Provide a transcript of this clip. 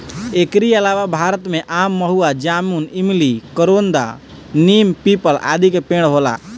एकरी अलावा भारत में आम, महुआ, जामुन, इमली, करोंदा, नीम, पीपल, आदि के पेड़ होला